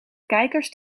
kijkers